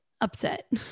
upset